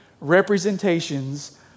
representations